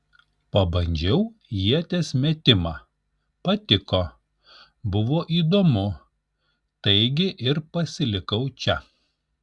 pabandžiau ieties metimą patiko buvo įdomu taigi ir pasilikau čia